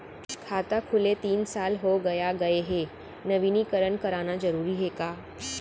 खाता खुले तीन साल हो गया गये हे नवीनीकरण कराना जरूरी हे का?